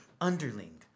underling